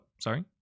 sorry